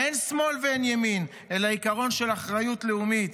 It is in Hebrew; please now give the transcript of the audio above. אין שמאל וימין, אלא עיקרון של אחריות לאומית.